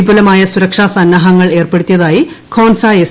വിപുലമായ സുരക്ഷാ സന്നാഹങ്ങൾ ഏർപ്പെടുത്തിയതായി ഖോൻസ എസ്